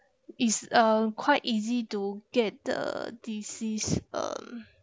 is uh quite easy to get the disease um